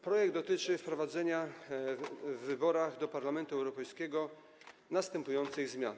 Projekt dotyczy wprowadzenia w wyborach do Parlamentu Europejskiego następujących zmian.